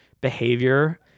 behavior